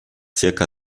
zirka